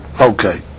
Okay